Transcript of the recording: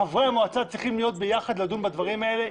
חברי המועצה צריכים להיות ביחד ולדון בדברים האלה.